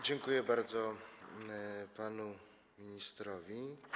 Dziękuję bardzo panu ministrowi.